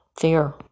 fear